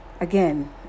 again